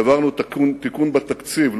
העברנו תיקון בתקציב,